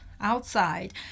outside